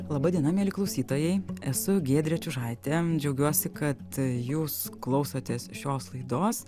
laba diena mieli klausytojai esu giedrė čiužaitė džiaugiuosi kad jūs klausotės šios laidos